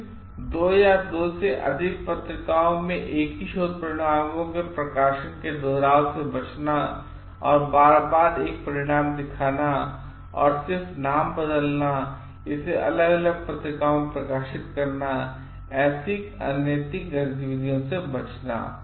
फिर दो या अधिक पत्रिकाओं में एक ही शोध परिणामों के प्रकाशन के दोहराव से बचना और बार बार एक परिणाम दिखाना और सिर्फ नाम बदलना और इसे अलग अलगपत्रिकाओंमें प्रकाशित करना है ऐसी अनैतिक गतिविधियों से बचना